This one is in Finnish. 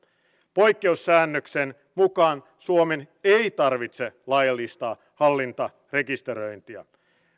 poikkeussäännöksen mukaan suomen ei tarvitse laillistaa hallintarekisteröintiä